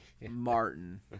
Martin